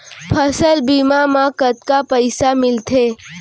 फसल बीमा म कतका पइसा मिलथे?